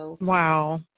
Wow